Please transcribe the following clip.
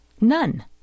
None